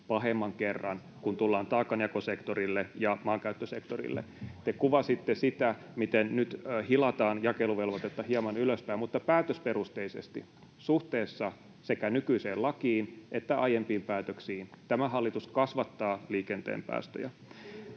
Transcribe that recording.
pahemman kerran, kun tullaan taakanjakosektorille ja maankäyttösektorille. Te kuvasitte sitä, miten nyt hilataan jakeluvelvoitetta hieman ylöspäin, mutta päätösperusteisesti suhteessa sekä nykyiseen lakiin että aiempiin päätöksiin tämä hallitus kasvattaa liikenteen päästöjä.